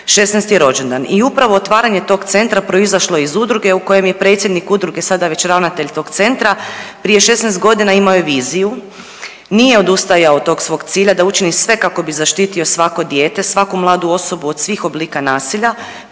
16. rođendan i upravo otvaranje tog centra proizašlo je iz udruge u kojem je predsjednik udruge, sada već ravnatelj tog centra, prije 16.g. imao je viziju, nije odustajao od tog svog cilja da učini sve kako bi zaštitio svako dijete i svaku mladu osobu od svih oblika nasilja